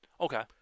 Okay